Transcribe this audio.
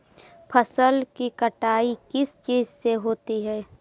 फसल की कटाई किस चीज से होती है?